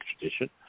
tradition